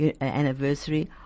anniversary